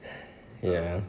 !hais! ya